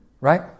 Right